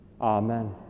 Amen